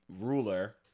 ruler